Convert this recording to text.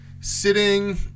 sitting